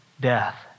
death